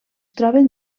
troben